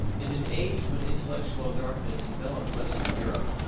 in an age when intellectual darkness enveloped western europe,